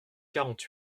quarante